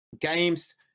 games